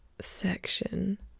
section